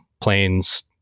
Planes